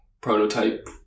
prototype